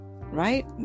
right